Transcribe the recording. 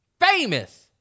famous